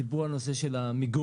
דיברו על נושא של המיגון,